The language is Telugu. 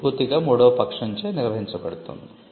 ఇది పూర్తిగా మూడవ పక్షంచే నిర్వహించబడుతుంది